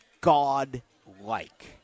God-like